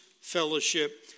fellowship